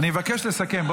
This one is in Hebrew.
אני מבקש לסכם.